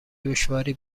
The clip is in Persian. دشواری